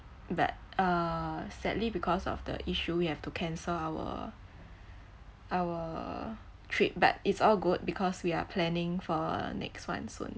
but uh sadly because of the issue we have to cancel our our trip but it's all good because we are planning for next one soon